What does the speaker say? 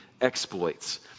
exploits